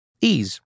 Ease